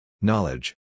Knowledge